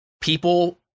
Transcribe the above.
people